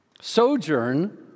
sojourn